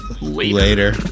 later